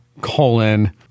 colon